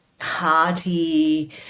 hearty